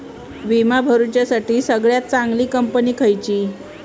विमा भरुच्यासाठी सगळयात चागंली कंपनी खयची?